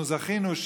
אנחנו זכינו,